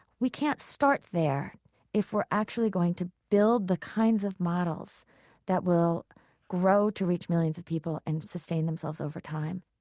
we can't start there if we're actually going to build the kinds of models that will grow to reach millions of people and sustain themselves over time